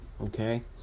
Okay